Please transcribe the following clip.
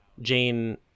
jane